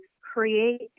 create